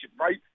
right